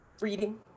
Reading